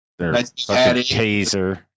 taser